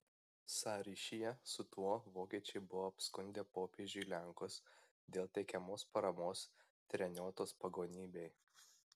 sąryšyje su tuo vokiečiai buvo apskundę popiežiui lenkus dėl teikiamos paramos treniotos pagonybei